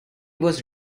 was